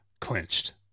clinched